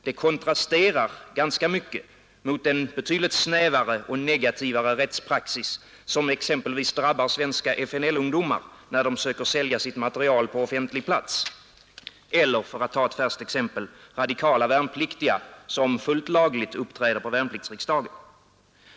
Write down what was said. Det kontrasterar ganska mycket mot den betydligt snävare och negativare rättspraxis som drabbar exempelvis svenska FNL-ungdomar när de söker sälja sitt material på offentlig plats eller — för att ta ett färskt exempel — radikala värnpliktiga, som fullt lagligt uppträder på värnpliktsriksdagen.